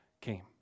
came